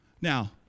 Now